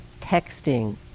texting